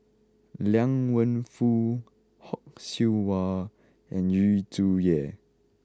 Liang Wenfu Fock Siew Wah and Yu Zhuye